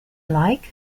like